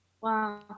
wow